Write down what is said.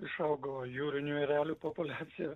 išaugo jūrinių erelių populiacija